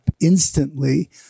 instantly